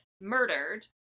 murdered